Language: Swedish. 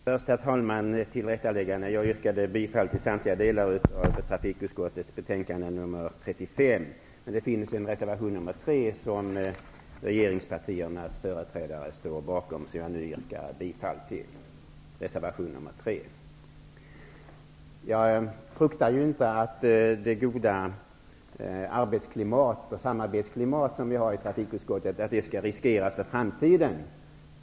Herr talman! Jag vill först göra ett tillrättaläggande. Jag yrkade bifall till samtliga delar i hemställan i trafikutskottets betänkande TU35, men det finns en reservation, nr 3, som regeringspartiernas företrädare står bakom och som jag nu yrkar bifall till. Jag fruktar inte att det goda arbetsklimat och samarbetsklimat som vi har i trafikutskottet skall riskeras för framtiden.